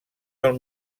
del